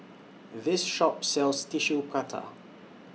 This Shop sells Tissue Prata